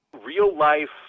real-life